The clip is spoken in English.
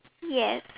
yes